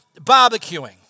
barbecuing